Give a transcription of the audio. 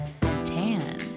tan